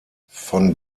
von